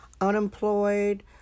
unemployed